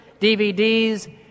DVDs